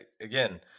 again